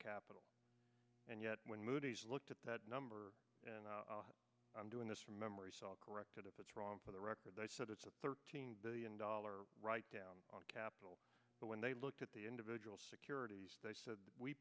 capital and yet when moody's looked at that number and i'm doing this from memory corrected if it's wrong for the record i said it's a thirteen billion dollars write down on capital but when they looked at the individual securities they said we